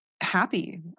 happy